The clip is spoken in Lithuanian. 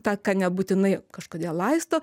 tą ką nebūtinai kažkodėl laisto